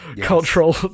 cultural